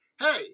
hey